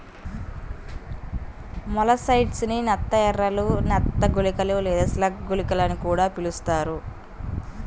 molluscicides ని నత్త ఎరలు, నత్త గుళికలు లేదా స్లగ్ గుళికలు అని కూడా పిలుస్తారు